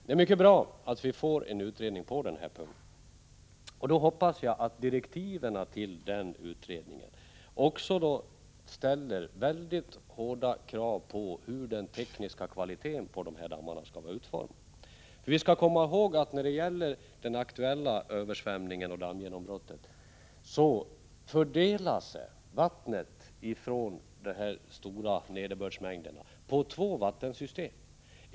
Det är mycket bra att vi får en utredning på den här punkten. Jag hoppas att det i direktiven till denna utredning också ställs väldigt hårda krav på den tekniska kvaliteten på sådana här dammar. Vi skall komma ihåg att när det gäller de aktuella översvämningarna och dammgenombrotten fördelade sig vattnet från de stora nederbördsmängderna på två olika vattensystem.